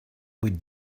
vuit